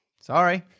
Sorry